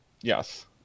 Yes